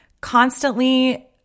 constantly